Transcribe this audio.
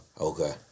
Okay